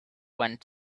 went